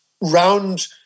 round